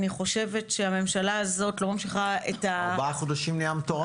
אני חושבת שהממשלה הזאת לא ממשיכה את --- ארבעה חודשים נהיה מטורף פה.